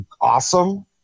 awesome